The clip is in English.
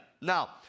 Now